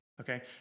Okay